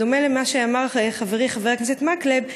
בדומה למה שאמר חברי חבר הכנסת מקלב,